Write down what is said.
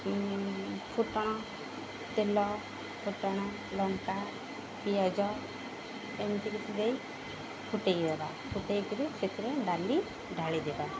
ଫୁଟଣ ତେଲ ଫୁଟଣ ଲଙ୍କା ପିଆଜ ଏମିତି କିଛି ଦେଇ ଫୁଟେଇ ଦବା ଫୁଟେଇ କିରି ସେଥିରେ ଡାଲି ଢାଳି ଦବା